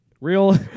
Real